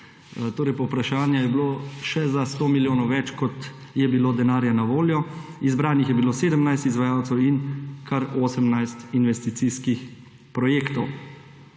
bilo povpraševanja še za 100 milijonov več, kot je bilo denarja na voljo. Izbranih je bilo 17 izvajalcev in kar 18 investicijskih projektov.